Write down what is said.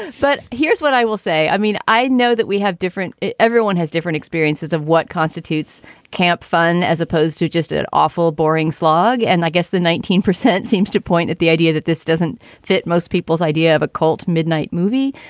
but here's what i will say. i mean, i know that we have different everyone has different experiences of what constitutes camp fun as opposed to just an awful boring slog. and i guess the nineteen percent seems to point at the idea that this doesn't fit most people's idea of a cult midnight movie.